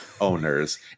owners